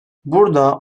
burada